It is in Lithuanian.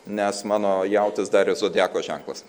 nes mano jautis dar ir zodiako ženklas